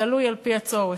תלוי בצורך.